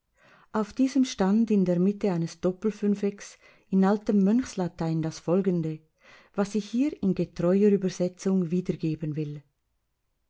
auf diesem stand in der mitte eines doppelfünfecks in altem mönchslatein das folgende was ich hier in getreuer übersetzung wiedergeben will